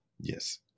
Yes